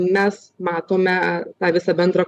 mes matome tą visą bendrą